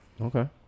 Okay